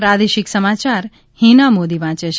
પ્રાદેશિક સમાચાર હિના મોદી વાંચે છે